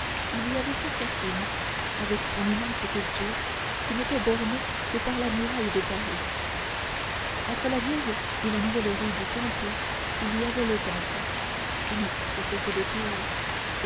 il y avait sainte-catherine avec son immense culture qui n'était bornée que par la muraille de paris entre la vieille et la nouvelle rue du temple il y avait le temple sinistre faisceau de tours